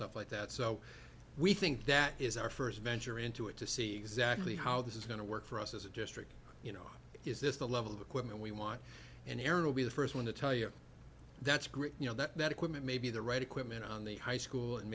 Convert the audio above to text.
stuff like that so we think that is our first venture into it to see exactly how this is going to work for us as a district you know is this the level of equipment we want and errol be the first one to tell you that's great you know that equipment maybe the right equipment on the high school and